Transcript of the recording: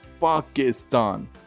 Pakistan